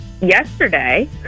yesterday